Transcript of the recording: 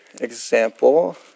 example